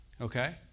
Okay